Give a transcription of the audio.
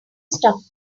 stuff